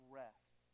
rest